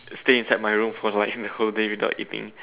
stay inside my room for like the whole day without eating